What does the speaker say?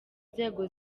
nzego